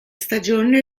stagione